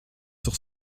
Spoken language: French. sur